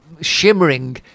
shimmering